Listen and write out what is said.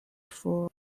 for